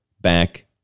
back